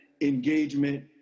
engagement